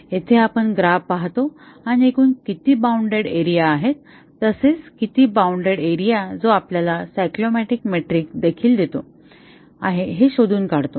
येथे आपण ग्राफ पाहतो आणि एकूण किती बाउंडेड एरिया आहेत तसेच किती बाउंडेड एरिया जो आपल्याला सायक्लोमॅटिक मेट्रिक देखील देतो आहे हे शोधून काढतो